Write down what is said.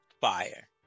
Fire